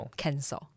cancel 。